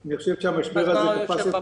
אני חושב שהמשבר הזה תפס אותנו